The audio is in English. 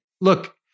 look